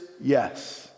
yes